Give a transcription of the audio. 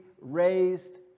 raised